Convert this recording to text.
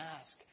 ask